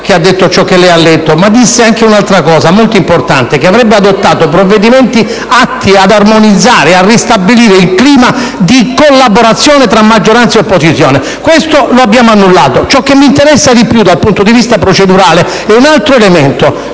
ha detto ciò che lei ha letto, ma ha detto anche un'altra cosa molto importante, e cioè che avrebbe adottato provvedimenti atti ad armonizzare e ristabilire il clima di collaborazione tra maggioranza e opposizione. Questo lo abbiamo annullato. Ciò che mi interessa di più, dal punto di vista procedurale, è un altro elemento: